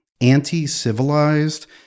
anti-civilized